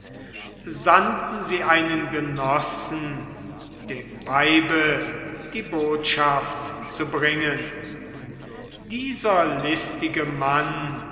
sandten sie einen genossen dem weibe die botschaft zu bringen dieser listige mann